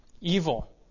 Evil